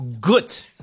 Good